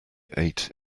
ate